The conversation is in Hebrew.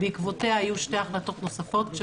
בעקבותיה היו שתי החלטות נוספות כאשר